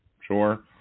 Sure